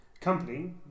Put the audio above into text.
company